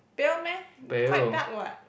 pale meh quite dark what